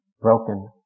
broken